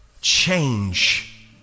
change